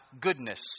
goodness